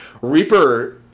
Reaper